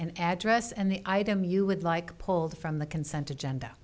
and address and the item you would like pulled from the consent agenda